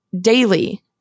daily